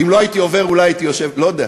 אם לא הייתי עובר אולי הייתי יושב, לא יודע.